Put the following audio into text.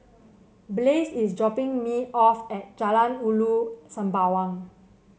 Blaze is dropping me off at Jalan Ulu Sembawang